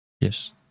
Yes